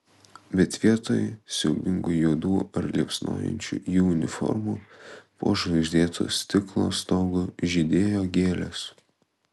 bet vietoj siaubingų juodų ar liepsnojančių jų uniformų po žvaigždėtu stiklo stogu žydėjo gėlės